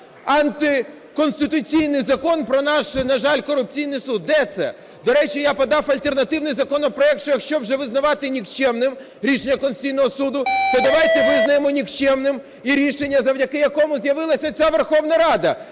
антиконституційний закон про наш, на жаль, корупційний суд? Де це? До речі, я подав альтернативний законопроект, що якщо вже визнавати нікчемним рішення Конституційного Суду, то давайте визнаємо нікчемним і рішення, завдяки якому з'явилась ця Верховна Рада,